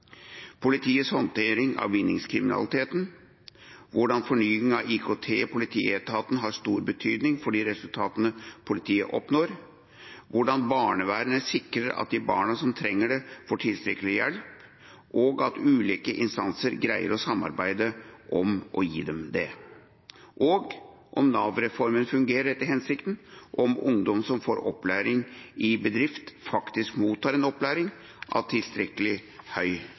politiets håndtering av vinningskriminalitet, hvordan fornyingen av IKT i politietaten har stor betydning for de resultatene politiet oppnår, hvordan barnevernet sikrer at de barna som trenger det, får tilstrekkelig hjelp, og at ulike instanser greier å samarbeide om å gi dem det, om Nav-reformen fungerer etter hensikten, og om ungdom som får opplæring i bedrift, faktisk mottar en opplæring av tilstrekkelig høy